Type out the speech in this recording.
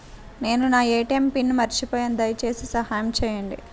నేను నా ATM pin మర్చిపోయాను దయచేసి సహాయం చేయండి